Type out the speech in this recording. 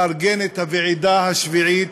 לארגן את הוועידה השביעית,